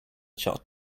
shut